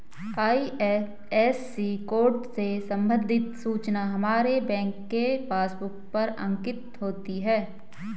IFSC code से संबंधित सूचना हमारे बैंक के पासबुक पर अंकित होती है